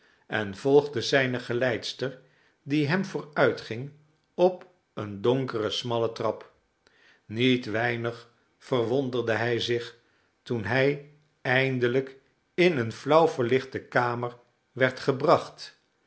en volgde zijne geleidster die hem vooruitging op eene donkere smalle trap niet weinig verwonderde hij zich toen hij eindelijk in eene flauw verlichte kamer werd gebracht